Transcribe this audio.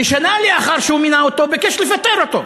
ששנה לאחר שהוא מינה אותו ביקש לפטר אותו.